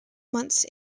months